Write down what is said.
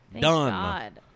done